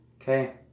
Okay